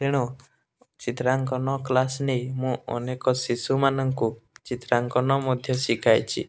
ତେଣୁ ଚିତ୍ରାଙ୍କନ କ୍ଲାସ୍ ନେଇ ମୁଁ ଅନେକ ଶିଶୁମାନଙ୍କୁ ଚିତ୍ରାଙ୍କନ ମଧ୍ୟ ଶିଖାଇଛି